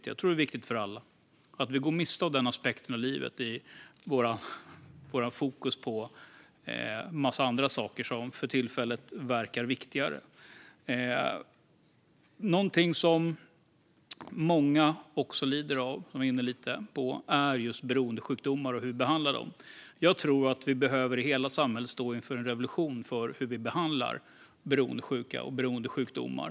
Jag tror att det är viktigt för alla och att vi går miste om den aspekten av livet när vi har vårt fokus på en massa andra saker som för tillfället verkar viktigare. Något som många lider av och som vi har varit inne på är beroendesjukdomar och hur vi behandlar dem. Jag tror att vi behöver stå inför en revolution i hela samhället när det gäller hur vi behandlar beroendesjuka och beroendesjukdomar.